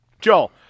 Joel